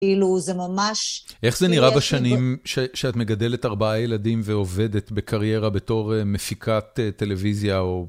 כאילו זה ממש... איך זה נראה בשנים שאת מגדלת ארבעה ילדים ועובדת בקריירה בתור מפיקת טלוויזיה או...